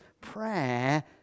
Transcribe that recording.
prayer